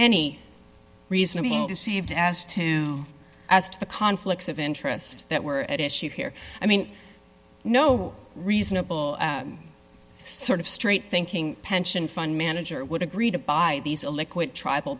any reason to be deceived as to as to the conflicts of interest that were at issue here i mean no reasonable sort of straight thinking pension fund manager would agree to buy these a liquid tribal